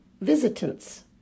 visitants